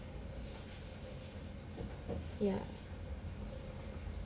ya